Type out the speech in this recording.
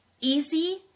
easy